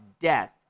death